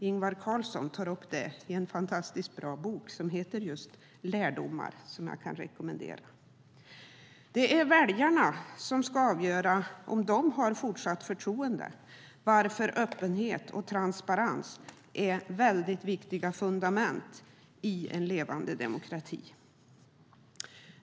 Ingvar Carlsson tar upp frågan i en fantastiskt bra bok som heter just Lärdomar, som jag kan rekommendera. Det är väljarna som ska avgöra om de har fortsatt förtroende för oss, varför öppenhet och transparens är viktiga fundament i en levande demokrati.